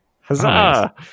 Huzzah